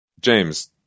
James